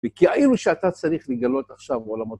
וכאילו שאתה צריך לגלות עכשיו עולמות...